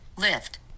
lift